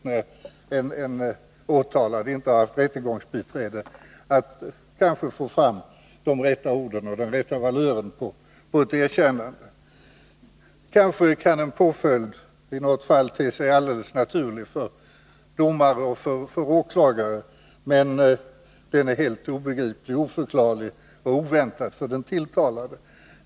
När en åtalad inte har rättegångsbiträde är det kanske särskilt viktigt att få fram de rätta orden och den rätta valören på ett erkännande. Kanske kan en påföljd i något fall te sig alldeles naturlig för domare och åklagare men helt obegriplig, oförklarlig och oväntad för den tilltalade.